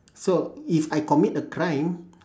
so if I commit a crime